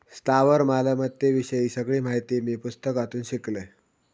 स्थावर मालमत्ते विषयी सगळी माहिती मी पुस्तकातून शिकलंय